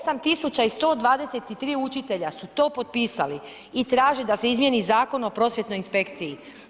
8.123 učitelja su to popisali i traže da se izmijeni Zakon o prosvjetnoj inspekciji.